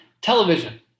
television